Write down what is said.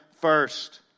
first